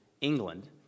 England